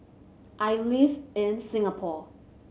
I live in Singapore